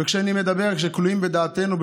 וכשאני אומר שאני כלואים בדעתנו,